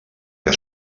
que